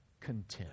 content